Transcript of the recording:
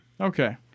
Okay